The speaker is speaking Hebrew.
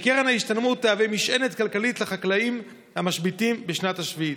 שקרן ההשתלמות תהווה משענת כלכלית לחקלאים המשביתים בשנת השביעית.